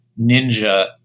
ninja